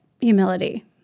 humility